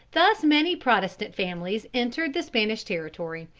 thus many protestant families entered the spanish territory,